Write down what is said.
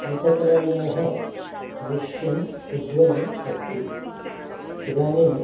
शिल्पकलायाः भविष्यम् उज्ज्वलम् अस्ति इदानीं